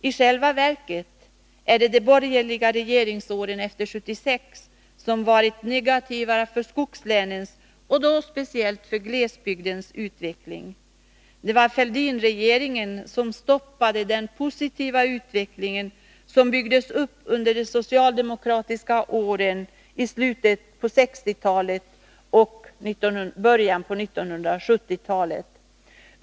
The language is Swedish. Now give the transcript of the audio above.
I själva verket är det de borgerliga regeringsåren efter 1976 som varit negativa för skogslänen och då speciellt för glesbygdens utveckling. Det var Fälldinregeringen som stoppade den positiva utveckling som byggdes upp under de socialdemokratiska regeringsåren i slutet på 1960 och början på 1970-talet.